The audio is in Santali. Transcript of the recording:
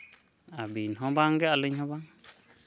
ᱟᱹᱵᱤᱱ ᱦᱚᱸ ᱵᱟᱝ ᱜᱮ ᱟᱹᱞᱤᱧ ᱦᱚᱸ ᱵᱟᱝ